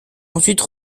ensuite